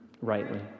rightly